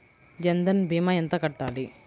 జన్ధన్ భీమా ఎంత కట్టాలి?